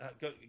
go